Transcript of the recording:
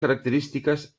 característiques